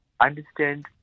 understand